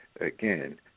again